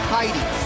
Heidi